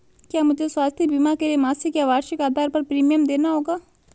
क्या मुझे स्वास्थ्य बीमा के लिए मासिक या वार्षिक आधार पर प्रीमियम देना होगा?